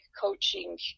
coaching